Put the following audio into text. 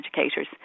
educators